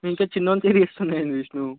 ఇంకా చిన్నోనికే తీసుకున్నావు ఏంది విష్ణు